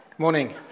Morning